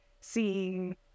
seeing